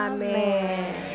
Amen